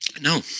No